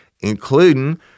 including